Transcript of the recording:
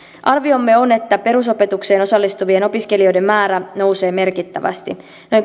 arviomme on että perusopetukseen osallistuvien opiskelijoiden määrä nousee merkittävästi noin